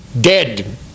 dead